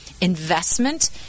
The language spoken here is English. investment